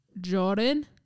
Jordan